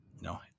No